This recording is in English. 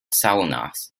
salinas